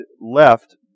left